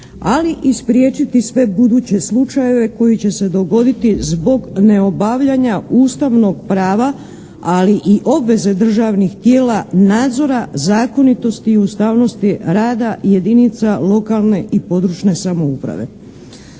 ali i spriječiti sve buduće slučajeve koji će se dogoditi zbog neobavljanja ustavnog prava, ali i obveze državnih tijela nadzora zakonitosti i ustavnosti rada jedinica lokalne i područne samouprave.